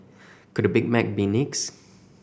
could Big Mac be next